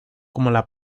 como